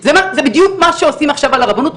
זה בדיוק מה שעושים עכשיו על הרבנות,